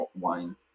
wine